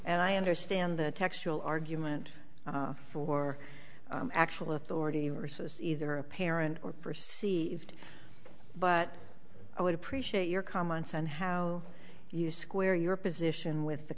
and i understand the textual argument for actual authority versus either apparent or perceived but i would appreciate your comments on how you square your position with the